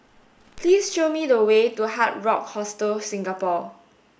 please show me the way to Hard Rock Hostel Singapore